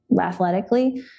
athletically